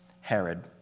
Herod